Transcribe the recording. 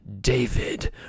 David